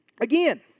Again